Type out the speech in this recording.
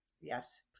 Yes